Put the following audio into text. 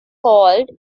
called